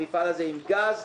המפעל הזה עם גז,